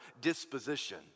disposition